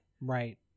right